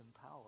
power